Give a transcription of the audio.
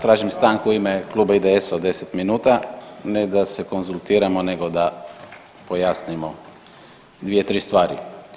Tražim stanku u ime kluba IDS-a od 10 minuta ne da se konzultiramo nego da pojasnimo dvije, tri stvari.